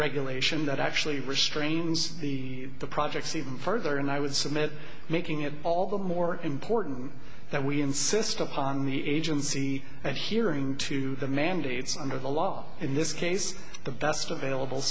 regulation that actually restrains the the projects even further and i would submit making it all the more important that we insist upon the agency and hearing to the mandates under the law in this case the best available